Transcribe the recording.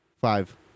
five